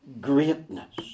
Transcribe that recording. greatness